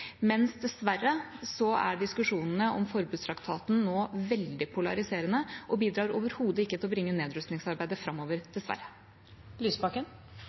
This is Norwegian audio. mens diskusjonene om forbudstraktaten nå er veldig polariserende og overhodet ikke bidrar til å bringe nedrustningsarbeidet framover – dessverre.